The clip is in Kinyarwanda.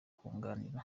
kuringaniza